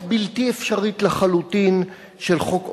בלתי אפשרית לחלוטין של חוק עות'מאני,